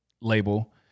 label